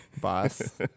boss